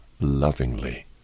lovingly